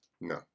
No